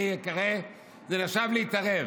זה נחשב להתערב.